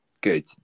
good